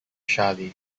charley